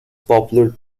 popular